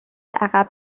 عقب